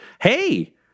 Hey